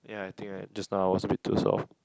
ya I think I just now I was a bit too soft